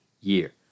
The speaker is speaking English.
year